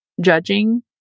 judging